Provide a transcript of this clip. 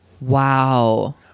wow